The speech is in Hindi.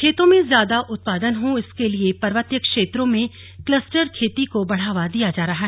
खेतों में ज्यादा उत्पादन हो इसके लिए पर्वतीय क्षेत्रों में क्लस्टर खेती को बढ़ावा दिया जा रहा है